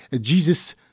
Jesus